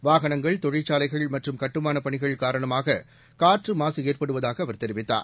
வாகனங்கள் தொழிற்சாலைகள் மற்றும் கட்டுமானப் பணிகள் காரணமாக காற்று மாசு ஏற்படுவதாக அவர் தெரிவித்தார்